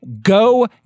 Go